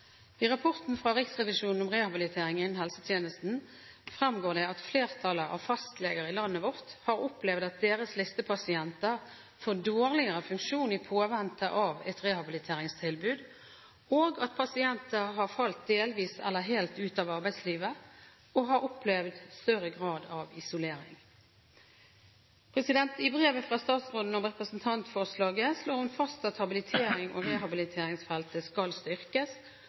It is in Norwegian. I rapporten fra Riksrevisjonen om rehabilitering innen helsetjenesten fremgår det at flertallet av fastleger i landet vårt har opplevd at deres listepasienter får dårligere funksjon i påvente av et rehabiliteringstilbud, og at pasienter har falt delvis eller helt ut av arbeidslivet og har opplevd større grad av isolering. I brevet fra statsråden om representantforslaget slår hun fast at «habiliterings- og rehabiliteringsfeltet skal styrkes»,